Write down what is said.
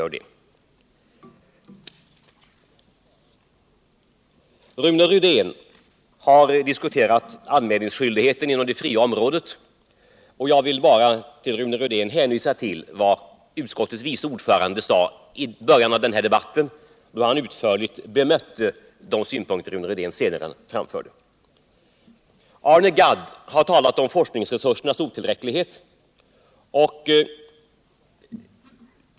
Rune Rydén har diskuterat anmälningsskyldigheten inom det fria området. Jag vill bara hänvisa till vad utskottets vice ordförande sade i början av den här debatten då han utförligt bemötte de synpunkter Rune Rydén sedan framförde. Arne Gadd har talat om forskningsresursernas otillräcklighet.